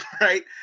Right